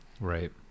Right